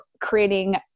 creating